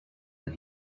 when